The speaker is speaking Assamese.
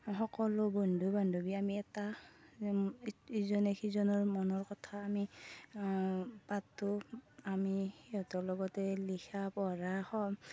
সকলো বন্ধু বান্ধৱী আমি এটা ইজনে সিজনৰ মনৰ কথা আমি পাতোঁ আমি সিহঁতৰ লগতে লিখা পঢ়া সব